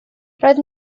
roedd